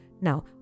Now